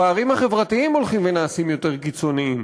הפערים החברתיים הולכים ונעשים יותר קיצוניים,